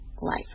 life